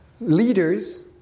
leaders